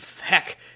heck